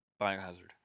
Biohazard